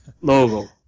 Logo